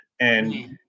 And-